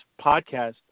podcast